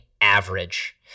average